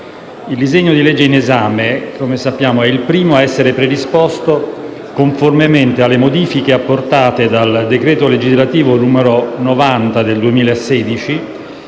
Il disegno di legge in esame è il primo a essere predisposto conformemente alle modifiche apportate dal decreto legislativo n. 90 del 2016